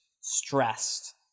stressed